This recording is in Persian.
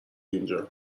اینجا